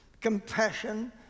compassion